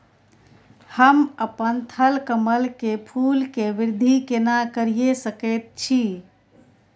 हम अपन थलकमल के फूल के वृद्धि केना करिये सकेत छी?